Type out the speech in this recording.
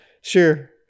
Sure